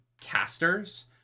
casters